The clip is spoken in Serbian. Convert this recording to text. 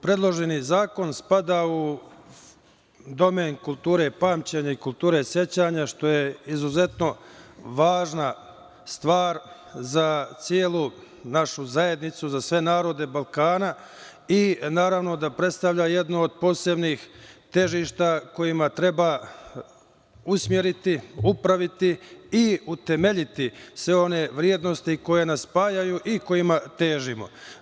Predloženi zakon spada u domen kulture pamćenja i kulture sećanja, što je izuzetno važna stvar za celu našu zajednicu, za sve narode Balkana i naravno da predstavlja jednu od posebnih težišta kojima treba usmeriti, upraviti i utemeljiti sve one vrednosti koje nas spajaju i kojima težimo.